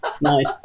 Nice